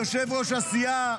יושב-ראש הסיעה,